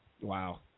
Wow